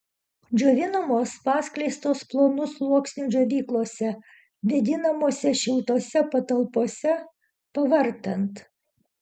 džiovinamos paskleistos plonu sluoksniu džiovyklose vėdinamose šiltose patalpose pavartant